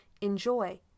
Enjoy